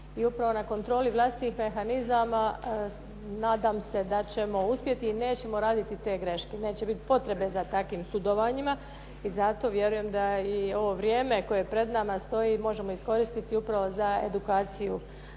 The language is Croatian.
i upravo na kontroli vlastitih mehanizama nadam se da ćemo uspjeti i nećemo raditi te greške, neće biti potrebe za takvim sudovanjima i zato vjerujem da i ovo vrijeme koje je pred nama stoji možemo iskoristiti upravo za edukaciju